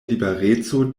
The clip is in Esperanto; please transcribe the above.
libereco